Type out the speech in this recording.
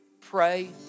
pray